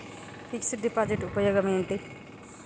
Fix డ్ deposit ఉపయోగం ఏంటి?